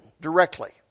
directly